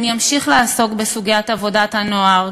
אני אמשיך לעסוק בסוגיית עבודת הנוער,